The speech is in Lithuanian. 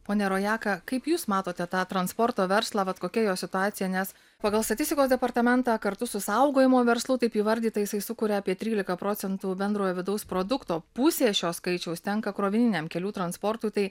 ponia rojaka kaip jūs matote tą transporto verslą vat kokia jo situacija nes pagal statistikos departamentą kartu su saugojimo verslu taip įvardyta jisai sukuria apie trylika procentų bendrojo vidaus produkto pusė šio skaičiaus tenka krovininiam kelių transportui tai